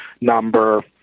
number